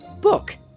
book